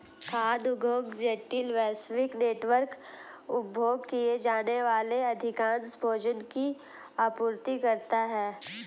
खाद्य उद्योग जटिल, वैश्विक नेटवर्क, उपभोग किए जाने वाले अधिकांश भोजन की आपूर्ति करता है